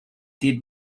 did